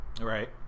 Right